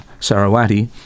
Sarawati